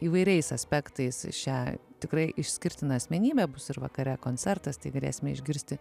įvairiais aspektais šią tikrai išskirtiną asmenybę bus ir vakare koncertas tai galėsime išgirsti